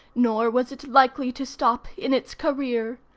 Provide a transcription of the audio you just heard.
nor was it likely to stop, in its career.